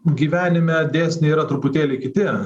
gyvenime dėsniai yra truputėlį kiti